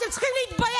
חבר הכנסת ביסמוט.